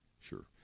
sure